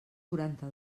quaranta